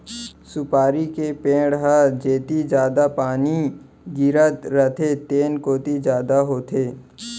सुपारी के पेड़ ह जेती जादा पानी गिरत रथे तेन कोती जादा होथे